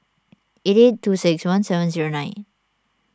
eighty two six one seven zero nine